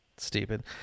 stupid